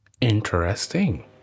interesting